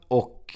och